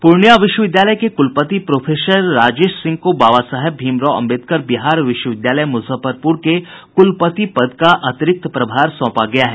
पूर्णिया विश्वविद्यालय के कुलपति प्रोफेसर राजेश सिंह को बाबा साहेब भीमराव अंबेदकर बिहार विश्वविद्यालय मुजफ्फपुर के कुलपति पद का अतिरिक्त प्रभार सौंपा गया है